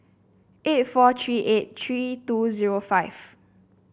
eight four three eight three two zero five